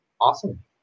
Awesome